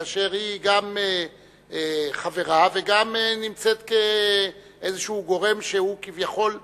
כאשר היא גם חברה וגם נמצאת כאיזשהו גורם שהוא כביכול נאשם.